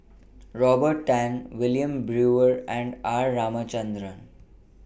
Robert Tan Wilmin Brewer and R Ramachandran